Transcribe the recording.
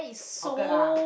hawker ah